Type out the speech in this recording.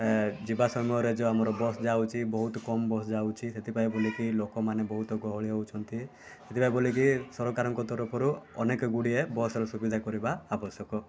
ଏ ଯିବା ସମୟରେ ଯେଉଁ ଆମର ବସ୍ ଯାଉଛି ବହୁତ କମ୍ ବସ୍ ଯାଉଛି ସେଥିପାଇଁ ବୋଲିକି ଲୋକମାନେ ବହୁତ ଗହଳି ହେଉଛନ୍ତି ସେଥିପାଇଁ ବୋଲିକି ସରକାରଙ୍କ ତରଫରୁ ଅନେକଗୁଡ଼ିଏ ବସ୍ର ସୁବିଧା କରିବା ଆବଶ୍ୟକ